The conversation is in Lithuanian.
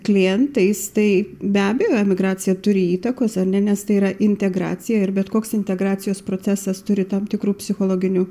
klientais tai be abejo emigracija turi įtakos ar ne nes tai yra integracija ir bet koks integracijos procesas turi tam tikrų psichologinių